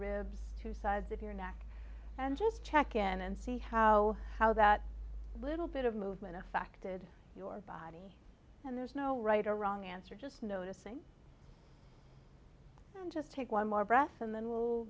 ribs two sides of your neck and just check in and see how how that little bit of movement affected your body and there's no right or wrong answer just noticing just take one more breath and then w